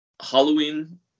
halloween